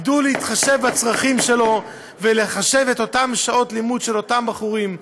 ידעו להתחשב בצרכים שלו ולחשב את אותן שעות לימוד של אותם בחורים.